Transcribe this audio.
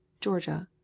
Georgia